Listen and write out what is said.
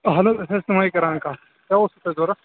اَہَن حظ أسۍ ٲس تِمے کران کتھ کیٛاہ اوسوٕ تۄہہِ ضروٗرت